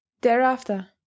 Thereafter